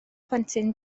plentyn